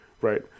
right